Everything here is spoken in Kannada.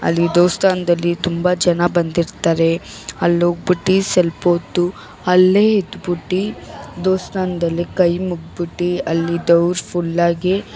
ಅಲ್ಲಿ ದೇವ್ಸ್ಥಾನ್ದಲ್ಲಿ ತುಂಬಾ ಜನ ಬಂದಿರ್ತಾರೆ ಅಲ್ಲೋಗ್ಬಿಟ್ಟು ಸ್ವಲ್ಪ ಹೊತ್ತು ಅಲ್ಲೇ ಇದ್ಬಿಟ್ಟು ದೇವ್ಸ್ಥಾನ್ದಲ್ಲಿ ಕೈ ಮುಗದ್ಬಿಟ್ಟು ಅಲ್ಲಿ ದೇವ್ರು ಫುಲ್ಲಾಗಿ